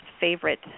favorite